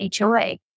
HOA